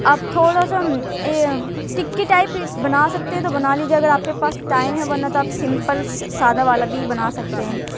آپ تھوڑا سا ٹکی ٹائپ بنا سکتے ہیں تو بنا لیجیے اگر آپ کے پاس ٹائم ہے ورنہ تو آپ سمپل سادہ والا بھی بنا سکتے ہیں